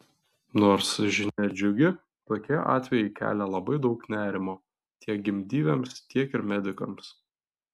nors žinia džiugi tokie atvejai kelia labai daug nerimo tiek gimdyvėms tiek ir medikams